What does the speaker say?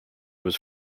was